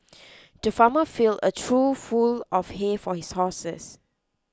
the farmer filled a trough full of hay for his horses